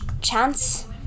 chance